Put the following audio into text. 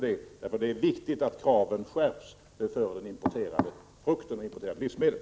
Det är viktigt att kraven skärps för importerad frukt och importerade livsmedel.